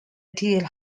deer